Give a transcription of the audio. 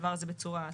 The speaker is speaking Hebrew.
הדבר הזה בצורה טובה.